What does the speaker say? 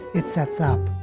it sets up.